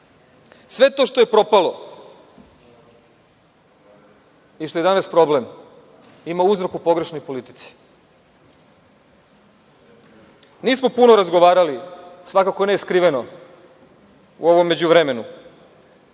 Sve to što je propalo i što je danas problem ima uzrok u pogrešnoj politici. Nismo puno razgovarali, svakako ne skriveno u ovom međuvremenu,